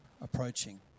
approaching